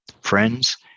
Friends